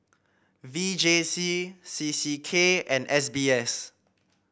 V J C C C K and S B S